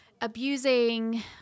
abusing